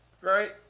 right